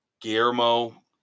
Guillermo